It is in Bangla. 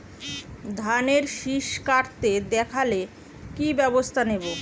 ধানের শিষ কাটতে দেখালে কি ব্যবস্থা নেব?